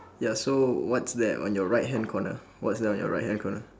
ya so what's that on your right hand corner what's that on your right hand corner